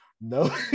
No